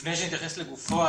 לפני שאני אתייחס לגופו,